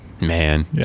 Man